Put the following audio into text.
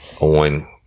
on